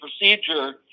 procedure